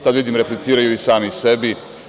Sada vidim da repliciraju i sami sebi.